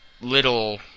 little